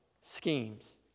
schemes